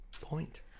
point